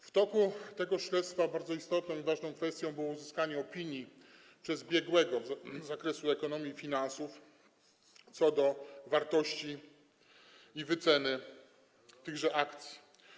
W toku tego śledztwa bardzo istotną i ważną kwestią było uzyskanie przez biegłego z zakresu ekonomii i finansów opinii co do wartości i wyceny tychże akcji.